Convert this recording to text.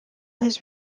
his